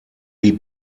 die